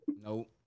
Nope